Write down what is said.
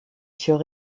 sjoch